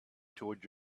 toward